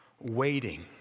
waiting